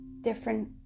different